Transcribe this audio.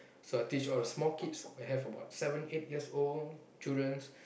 so I teach all the small kids I have about seven eight years old childrens